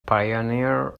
pioneer